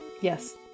Yes